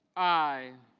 i.